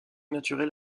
naturel